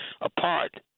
apart